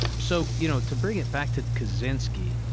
so you know to bring it back to kaczynski,